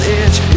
edge